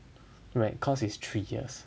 right cause is three years